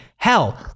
Hell